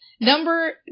Number